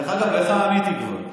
דרך אגב, לך עניתי כבר.